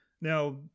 Now